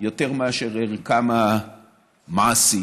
יותר מערכם המעשי,